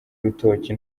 urutoki